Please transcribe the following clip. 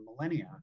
millennia